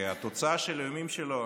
כי התוצאה של האיומים שלו